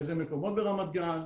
באיזה מקומות ברמת גן?